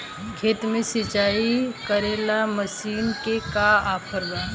खेत के सिंचाई करेला मशीन के का ऑफर बा?